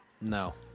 no